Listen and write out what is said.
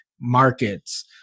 markets